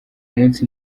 musi